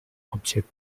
object